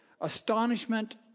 astonishment